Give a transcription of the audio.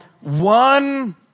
one